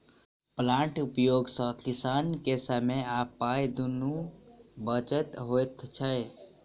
प्लांटरक उपयोग सॅ किसान के समय आ पाइ दुनूक बचत होइत छै